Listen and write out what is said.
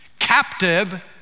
Captive